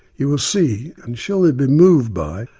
you will see and surely be moved by,